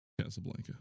Casablanca